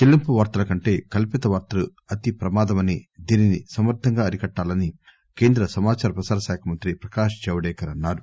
చెల్లింపు వార్తలకంటే కల్పిత వార్తలు అతి ప్రమాధమని దీనిని సమర్గంగా అరికట్టాలని కేంద్ర సమాచార ప్రసార శాఖ మంత్రి ప్రకాశ్ జవడేకర్ అన్నారు